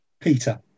Peter